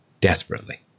desperately